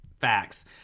facts